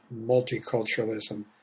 multiculturalism